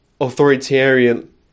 authoritarian